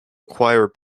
acquire